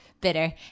bitter